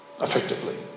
Effectively